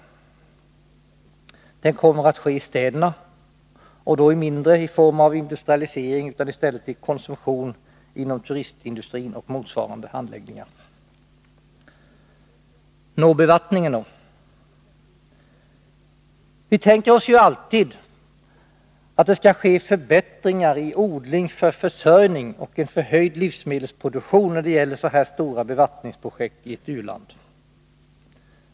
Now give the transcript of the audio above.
En sådan kommer i stället att ske i städerna, men den är inte främst avsedd att bidra till industrialiseringen utan kommer i första hand turistindustrin och motsvarande till godo. Nå, bevattningen då? Vi tänker oss ju alltid att det skall ske förbättringar i odling för försörjning och en förhöjd livsmedelsproduktion när det gäller så här stora bevattningsprojekt i ett u-land.